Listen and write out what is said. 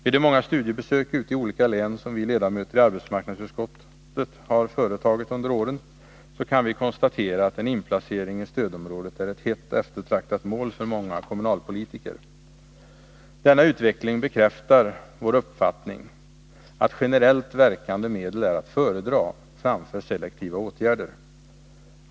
Vid de många studiebesök ute i olika län som vi ledamöter i arbetsmarknadsutskottet har företagit under åren, har vi kunnat konstatera att en inplacering i stödområdet är ett hett eftertraktat mål för många kommunalpolitiker. Denna utveckling bekräftar vår uppfattning att generellt verkande medel är att föredra framför selektiva åtgärder.